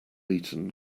eaten